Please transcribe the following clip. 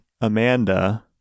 amanda